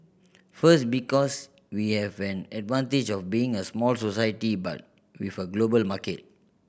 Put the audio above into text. first because we have an advantage of being a small society but with a global market